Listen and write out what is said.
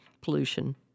pollution